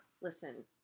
Listen